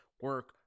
Work